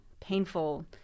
painful